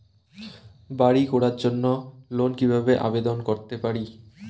বাড়ি করার জন্য লোন কিভাবে আবেদন করতে পারি?